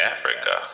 Africa